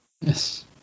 Yes